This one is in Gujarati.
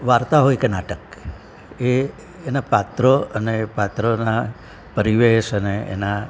વાર્તા હોય કે નાટક એ એનાં પાત્રો અને એ પાત્રોના પરિવેશ અને એનાં